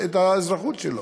ישללו את האזרחות שלו.